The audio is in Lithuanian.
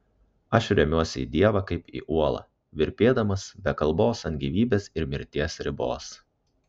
aš remiuosi į dievą kaip į uolą virpėdamas be kalbos ant gyvybės ir mirties ribos